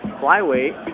flyweight